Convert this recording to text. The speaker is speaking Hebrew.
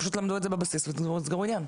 פשוט תלמדו את זה בבסיס ותסגרו עניין.